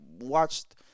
watched